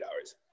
hours